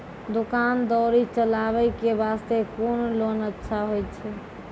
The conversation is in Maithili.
दुकान दौरी चलाबे के बास्ते कुन लोन अच्छा होय छै?